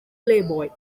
playboy